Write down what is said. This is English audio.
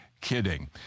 kidding